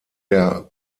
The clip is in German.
der